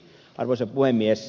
arvoisa puhemies